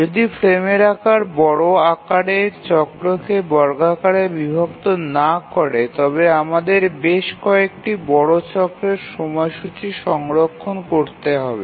যদি ফ্রেমের আকার বড় আকারের চক্রকে বর্গাকারে বিভক্ত না করে তবে আমাদের বেশ কয়েকটি বড় চক্রের সময়সূচি সংরক্ষণ করতে হবে